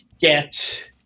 get –